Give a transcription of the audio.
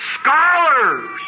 Scholars